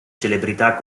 celebrità